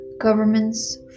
governments